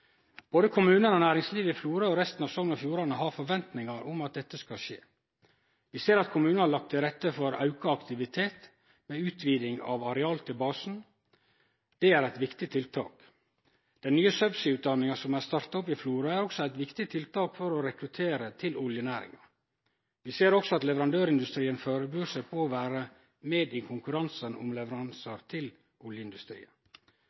Både kommunane og næringslivet i Florø og i resten av Sogn og Fjordane har forventningar om at dette skal skje. Vi ser at kommunen har lagt til rette for auka aktivitet med utviding av areal til basen. Det er eit viktig tiltak. Den nye subsea-utdanninga som er starta opp i Florø, er også eit viktig tiltak for å rekruttere til oljenæringa. Vi ser også at leverandørindustrien førebur seg på å vere med i konkurransen om